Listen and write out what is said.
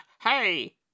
hey